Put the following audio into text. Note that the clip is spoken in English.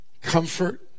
comfort